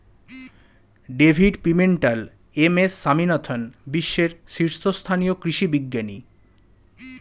David Pimentel, M S Swaminathan বিশ্বের শীর্ষস্থানীয় কৃষি বিজ্ঞানী